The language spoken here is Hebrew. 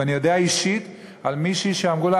ואני יודע אישית על מישהי שאמרו לה